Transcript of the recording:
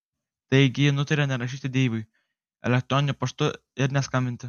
taigi ji nutarė nerašyti deivui elektroniniu paštu ir neskambinti